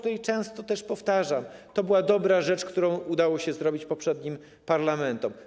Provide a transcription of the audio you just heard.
Też często powtarzam, że to była dobra rzecz, którą udało się zrobić poprzednim parlamentom.